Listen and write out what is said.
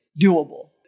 doable